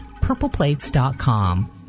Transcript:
purpleplates.com